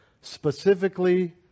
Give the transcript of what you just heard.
specifically